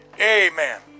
Amen